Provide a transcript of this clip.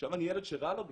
עכשיו אני ילד שרע לו בכלל,